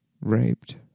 raped